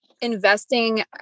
investing